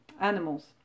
animals